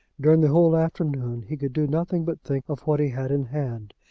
during the whole afternoon he could do nothing but think of what he had in hand.